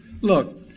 Look